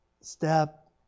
step